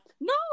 No